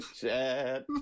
chat